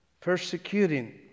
persecuting